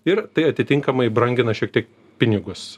ir tai atitinkamai brangina šiek tiek pinigus